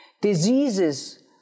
diseases